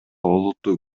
олуттуу